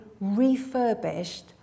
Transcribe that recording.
refurbished